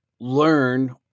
learn